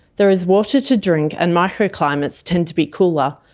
there is water to drink and microclimates tend to be cooler,